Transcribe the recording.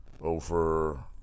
over